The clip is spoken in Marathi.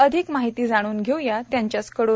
अधिक माहिती जाणून घेऊया त्यांच्याच कडून